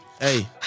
Hey